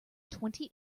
twenty